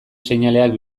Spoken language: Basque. seinaleak